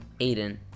Aiden